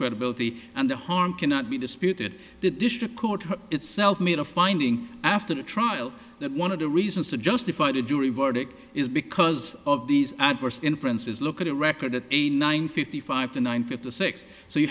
credibility and the harm cannot be disputed the district court itself made a finding after the trial that one of the reasons to justify the jury verdict is because of these adverse inferences look at a record at eighty nine fifty five to nine fifty six so you